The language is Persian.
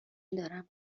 دارم